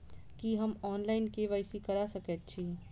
की हम online, KYC करा सकैत छी?